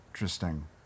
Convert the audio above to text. Interesting